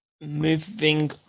Moving